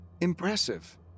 Impressive